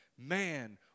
Man